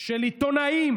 של עיתונאים